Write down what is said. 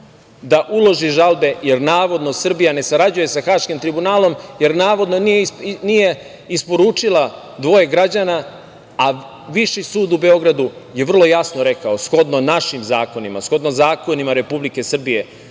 da uloži žalbe, jer navodno Srbija ne sarađuje sa Haškim tribunalom, jer navodno, nije isporučila dvoje građana, a Viši sud u Beogradu je vrlo jasno rekao, shodno našim zakonima, shodno zakonima Republike Srbije,